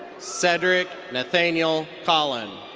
sadrac nathaniel colin.